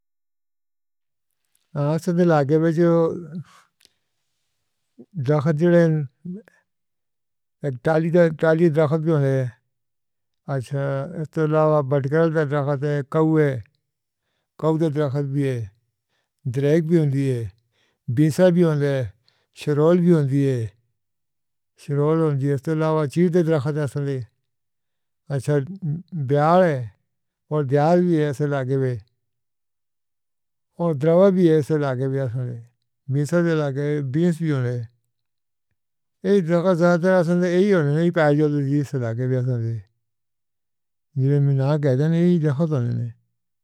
ہاں، سندھیا لاگ کے بیچو۔ دیکھت جورین۔ اک ٹاہلی کا ٹالی درکپت بھی ہونے۔ اچھا تو لاوا بٹکرا لتا درکپت ہے۔ کاؤے کودا درکپت بھی ہے، ڈرئیک بھی ہوندی ہے، بنسا بھی ہوندا ہے۔ شَرول بھی ہوندی ہے۔ شَرول ہوندی ہے تو لاوا چیرت درکپت سنلے اچھا بیاہا ہے اور دھیان بھی ویسے لاگ با۔ اور دوا بھی اس لاگ با سنلے بنسا کے لاکے بنس بھی ہونے۔ ایہ درکپت جاتے ہی نہیں پائے جو دَسّی لاگ با سنلے۔ جولے مینار گاژے نہیں دیکھت ہونے نے۔